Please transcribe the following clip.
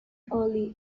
early